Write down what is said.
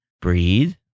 breathe